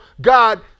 God